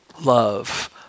love